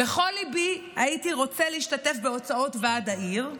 "בכל ליבי הייתי רוצה להשתתף בהוצאות ועד העיר,